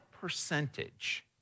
percentage